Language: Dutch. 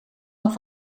nog